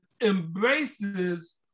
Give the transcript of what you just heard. embraces